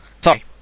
sorry